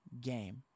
game